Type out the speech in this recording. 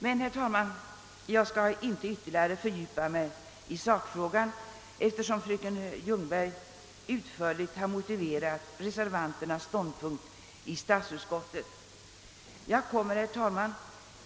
Jag skall emellertid inte nu ytterligare fördjupa mig i sakfrågan, eftersom fröken Ljungberg redan utförligt har motiverat reservanternas i statsutskottet ståndpunkt. Herr talman!